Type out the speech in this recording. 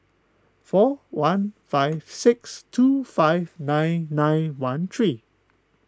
four one five six two five nine nine one three